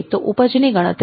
યીલ્ડઉપજ 10020015075 62